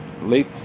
late